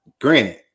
granted